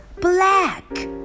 black